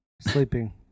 Sleeping